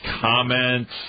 comments